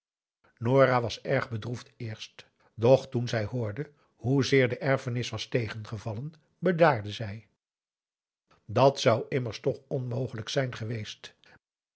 nora was erg bedroefd eerst doch toen zij hoorde hoezeer de erfenis was tegengevallen bedaarde zij dàt zou immers toch onmogelijk zijn geweest